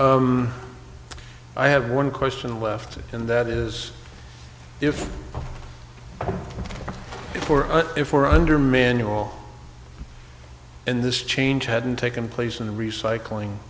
you i have one question left and that is if before if we're under manual in this change hadn't taken place in the recycling